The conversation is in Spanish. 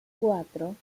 cuatro